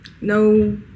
No